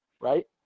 Right